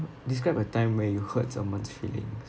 describe a time where you hurt someone's feelings